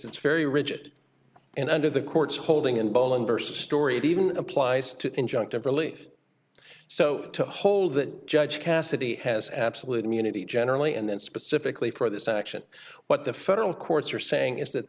it's very rigid and under the court's holding in bowling versus story it even applies to injunctive relief so to hold that judge cassidy has absolute immunity generally and then specifically for this action what the federal courts are saying is that